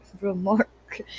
remark